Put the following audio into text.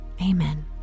amen